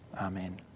Amen